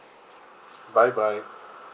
bye bye